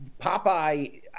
Popeye